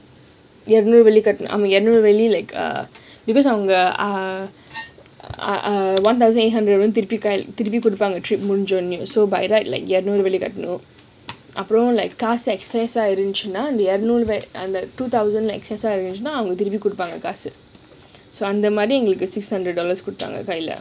இருநூறு வெள்ளி:irunooru velli really like err because குடுத்தம் நா:kuduttam na ah err one thousand eight hundred முடிஞ்ச உடனே:mudinja odane treatment journey so by right இருநூறு வெள்ளி:irunooru velli two thousand திருப்பிகொடுப்பாங்க:thiruppikuduppaanga so எங்களுக்கு:engalukku six hundred dollars திருப்பிக்குடுடுத்தாங்க:thiruppikududuthaanga